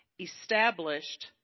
established